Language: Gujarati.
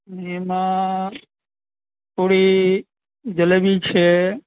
એમાં થોડી જલેબી છે